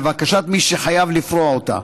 לבקשת מי שחייב לפרוע אותה.